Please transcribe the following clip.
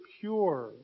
pure